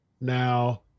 now